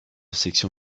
section